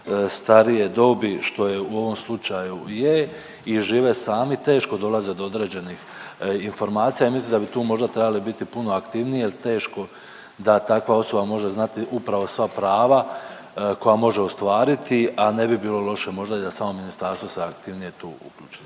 starije dobi, što u ovom slučaju i je i žive sami, teško dolaze do određenih informacija i ja mislim da bi tu možda trebali biti puno aktivniji jel teško da takva osoba može znati upravo sva prava koja može ostvariti, a ne bi bilo loše možda da i samo ministarstvo se aktivnije tu uključi,